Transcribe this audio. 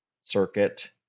Circuit